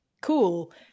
cool